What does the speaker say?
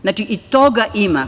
Znači i toga ima.